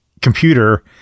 computer